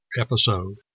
episode